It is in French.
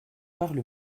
parle